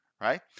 right